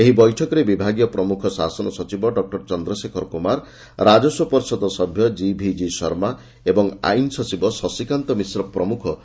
ଏହି ବୈଠକରେ ବିଭାଗୀୟ ପ୍ରମୁଖ ଶାସନ ସଚିବ ଡକୁର ଚନ୍ଦ୍ରଶେଖର କୁମାର ରାଜସ୍ୱ ପରିଷଦ ସଭ୍ୟ କିଭିଜି ଶର୍ମା ଏବଂ ଆଇନ୍ସଚିବ ଶଶୀକାନ୍ତ ମିଶ୍ର ପ୍ରମୁଖ ଯୋଗ ଦେଇଥିଲେ